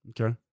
Okay